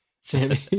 Sammy